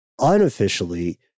unofficially